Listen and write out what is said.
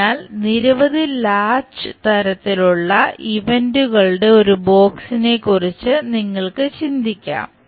അതിനാൽ നിരവധി ലാച്ച് തരത്തിലുള്ള ഇവന്റുകളുടെ ഒരു ബോക്സിനെക്കുറിച്ച് നിങ്ങൾക്ക് ചിന്തിക്കാം